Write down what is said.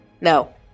No